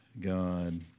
God